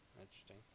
interesting